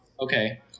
Okay